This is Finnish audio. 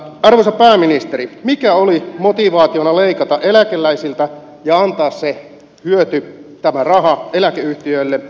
arvoisa pääministeri mikä oli motivaationa leikata eläkeläisiltä ja antaa se hyöty tämä raha eläkeyhtiöille